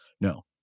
No